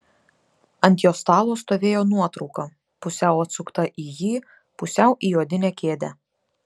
ant jo stalo stovėjo nuotrauka pusiau atsukta į jį pusiau į odinę kėdę